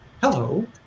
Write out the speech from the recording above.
Hello